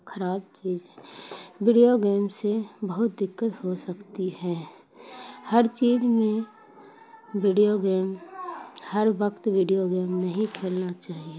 خراب چیز video game سے بہت دقت ہو سکتی ہیں ہر چیز میں ویڈیو گیم ہر وقت ویڈیو گیم نہیں کھیلنا چاہیے